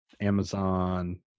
Amazon